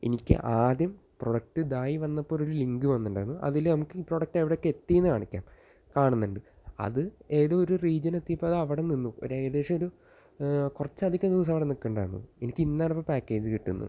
എനിക്ക് ആദ്യം പ്രോഡക്റ്റ് ഇതായി വന്നപ്പോൾ ഒരു ലിങ്ക് വന്നിട്ടുണ്ടായിരുന്നു അതില് നമുക്ക് പ്രോഡക്റ്റ് എവിടെക്ക് എത്തി എന്ന് കാണിക്കാം കാണുന്നുണ്ട് അത് ഏതോ ഒരു റീജിയൺ എത്തിയപ്പോൾ അതവിടെ നിന്നു ഒരേകദേശം ഒരു കുറച്ചധികം ദിവസം അവിടെ നിൽക്കുന്നുണ്ടായിരുന്നു എനിക്ക് ഇന്ന് ആണിപ്പം പാക്കേജ് കിട്ടുന്നത്